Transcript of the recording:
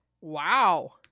Wow